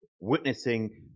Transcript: witnessing